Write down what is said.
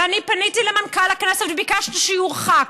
ואני פניתי למנכ"ל הכנסת וביקשתי שיורחק.